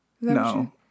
No